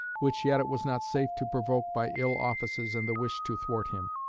which yet it was not safe to provoke by ill offices and the wish to thwart him.